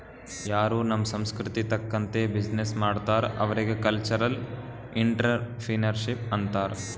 ಯಾರೂ ನಮ್ ಸಂಸ್ಕೃತಿ ತಕಂತ್ತೆ ಬಿಸಿನ್ನೆಸ್ ಮಾಡ್ತಾರ್ ಅವ್ರಿಗ ಕಲ್ಚರಲ್ ಇಂಟ್ರಪ್ರಿನರ್ಶಿಪ್ ಅಂತಾರ್